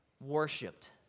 worshipped